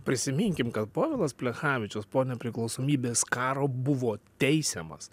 prisiminkim kad povilas plechavičius po nepriklausomybės karo buvo teisiamas